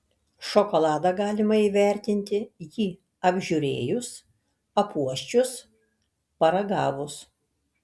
šokoladą galima įvertinti jį apžiūrėjus apuosčius paragavus